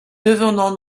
devenant